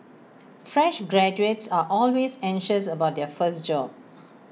fresh graduates are always anxious about their first job